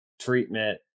treatment